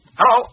Hello